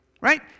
Right